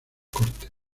cortes